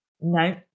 no